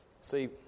See